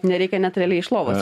nereikia net realiai iš lovos